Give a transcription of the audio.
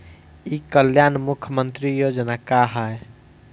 ई कल्याण मुख्य्मंत्री योजना का है?